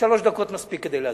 שלוש דקות, מספיק כדי להסביר.